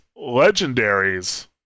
legendaries